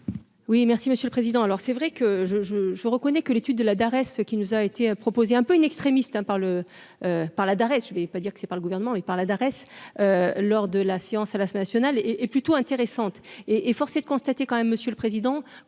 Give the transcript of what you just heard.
Oui, merci Monsieur le Président, alors c'est vrai que je, je, je reconnais que l'étude de la Dares, est ce qui nous a été proposé un peu une extrémiste par le par la d'arrêt je vais pas dire que c'est pas le gouvernement et par la Darès lors de la séance à la nationale et est plutôt intéressante et et forcé de constater quand même Monsieur le Président,